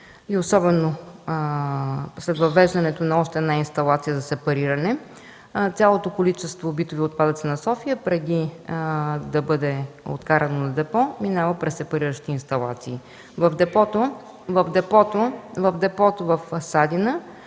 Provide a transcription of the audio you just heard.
и особено след въвеждането на още една инсталация за сепариране, цялото количество битови отпадъци на София преди да бъде откарано на депо минава през сепариращи инсталации. В депото в Садина